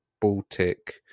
Baltic